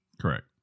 Correct